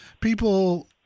people